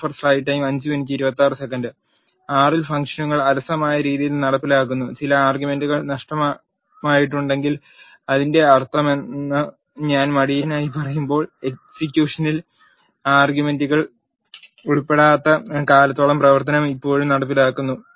R ൽ ഫംഗ്ഷനുകൾ അലസമായ രീതിയിൽ നടപ്പിലാക്കുന്നു ചില ആർ ഗ്യുമെൻറുകൾ നഷ് ടമായിട്ടുണ്ടെങ്കിൽ അതിന്റെ അർ ത്ഥമെന്ന് ഞങ്ങൾ മടിയനായി പറയുമ്പോൾ എക്സിക്യൂഷനിൽ ആ ആർ ഗ്യുമെൻറുകൾ ഉൾ പ്പെടാത്ത കാലത്തോളം പ്രവർ ത്തനം ഇപ്പോഴും നടപ്പിലാക്കുന്നു